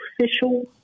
official